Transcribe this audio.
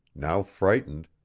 now frightened,